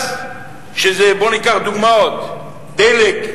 ניקח דוגמאות: דלק,